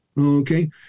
okay